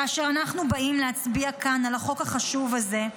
כאשר אנחנו באים להצביע כאן על החוק החשוב הזה,